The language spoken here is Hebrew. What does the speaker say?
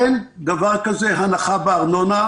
אין דבר כזה בחוק הנחה בארנונה.